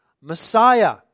Messiah